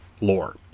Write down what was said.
lore